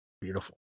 beautiful